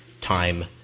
time